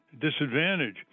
disadvantage